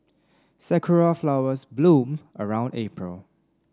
sakura flowers bloom around April